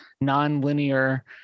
non-linear